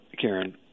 Karen